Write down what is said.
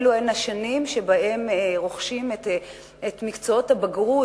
אלו השנים שבהן רוכשים את מקצועות הבגרות,